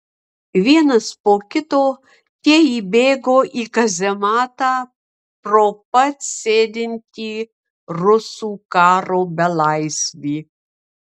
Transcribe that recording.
vienas po kito tie įbėgo į kazematą pro pat sėdintį rusų karo belaisvį